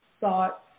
thoughts